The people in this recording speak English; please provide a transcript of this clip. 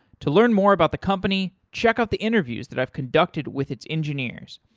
to learn more about the company, check out the interviews that i've conducted with its engineers.